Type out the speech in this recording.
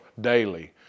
daily